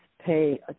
pay